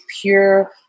pure